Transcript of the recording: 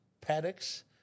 paddocks